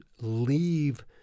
leave